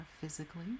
physically